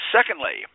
Secondly